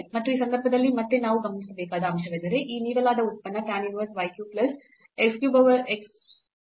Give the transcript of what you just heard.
ಮತ್ತು ಈ ಸಂದರ್ಭದಲ್ಲಿ ಮತ್ತೆ ನಾವು ಗಮನಿಸಬೇಕಾದ ಅಂಶವೆಂದರೆ ಈ ನೀಡಲಾದ ಉತ್ಪನ್ನ tan inverse y cube plus x cube over x minus y ಸಮಜಾತೀಯ ಉತ್ಪನ್ನವಲ್ಲ